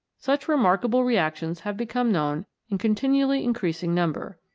such remarkable reactions have become known in continually increasing number.